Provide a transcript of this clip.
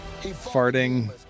farting